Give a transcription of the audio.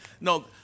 No